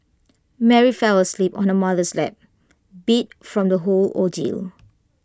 Mary fell asleep on her mother's lap beat from the whole ordeal